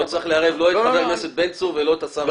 לא צריך לערב לא את חבר הכנסת בן צור ולא את השר ארדן.